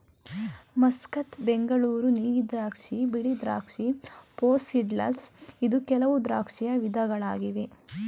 Muscat, Bengaluru ನೀಲಿ ದ್ರಾಕ್ಷಿ, ಬಿಳಿ ದ್ರಾಕ್ಷಿ, ಪೂಸಾ ಸೀಡ್ಲೆಸ್ ಇದು ಕೆಲವು ದ್ರಾಕ್ಷಿಯ ವಿಧಗಳಾಗಿವೆ